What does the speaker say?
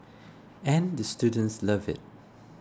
and the students love it